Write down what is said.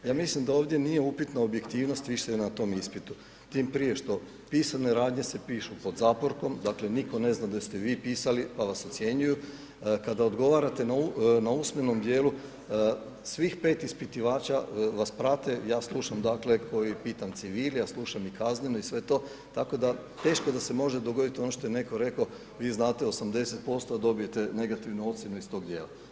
Ja mislim da ovdje nije upitna objektivnost više na tom ispitu, tim prije što pisane radnje se pišu pod zaporkom, dakle nitko ne zna da ste vi pisali, pa vas ocjenjuju, kada odgovarate na usmenom dijelu svih 5 ispitivača vas prate, ja slušam dakle ko je pitan civil, ja slušam i kazneno i sve to, tako da teško da se može dogodit ono što je netko reko vi znate 80% a dobijete negativnu ocjenu iz tog dijela.